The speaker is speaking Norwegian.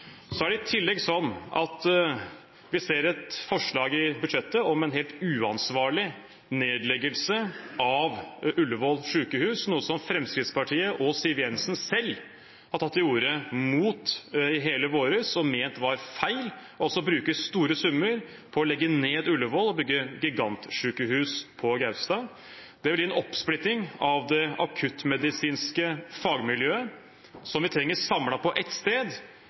I tillegg ser vi i budsjettet et forslag om en helt uansvarlig nedleggelse av Ullevål sykehus, noe Fremskrittspartiet og Siv Jensen selv har tatt til orde mot i hele vår. De mente det var feil å bruke store summer på å legge ned Ullevål og bygge et gigantsykehus på Gaustad. Det vil gi en oppsplitting av det akuttmedisinske fagmiljøet, som vi trenger samlet på ett sted